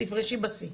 תפרשי בשיא.